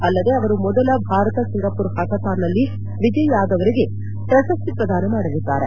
ಅಲ್ಲದೆ ಅವರು ಮೊದಲ ಭಾರತ ಸಿಂಗಾಪುರ್ ಹಾಕಥಾನ್ನಲ್ಲಿ ವಿಜಯಿ ಆದವರಿಗೆ ಪ್ರಶಸ್ತಿ ಪ್ರದಾನ ಮಾಡಲಿದ್ದಾರೆ